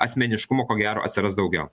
asmeniškumo ko gero atsiras daugiau